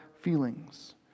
feelings